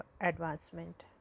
advancement